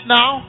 now